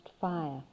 fire